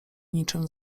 niczym